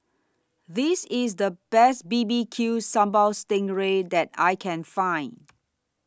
This IS The Best B B Q Sambal Sting Ray that I Can Find